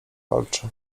walczy